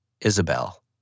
Isabel